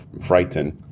frightened